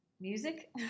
Music